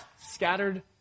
scattered